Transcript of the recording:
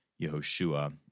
Yehoshua